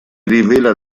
rivela